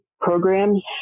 programs